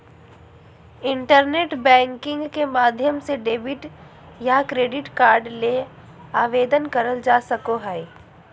internet banking के माध्यम से डेबिट या क्रेडिट कार्ड ले आवेदन करल जा सको हय